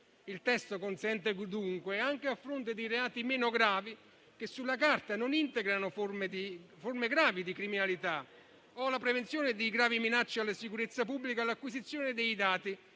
Il testo consente dunque, anche a fronte di reati meno gravi, che sulla carta non integrano forme gravi di criminalità o la prevenzione di gravi minacce alla sicurezza pubblica, l'acquisizione dei dati